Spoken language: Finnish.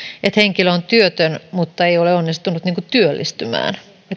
että henkilö on työtön mutta ei ole onnistunut työllistymään